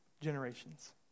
generations